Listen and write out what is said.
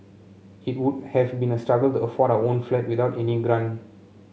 it would have been a struggle to afford our own flat without any grant